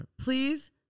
Please